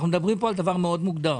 אנחנו מדברים פה על דבר מאוד מוגדר.